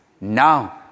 Now